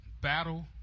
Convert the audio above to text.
Battle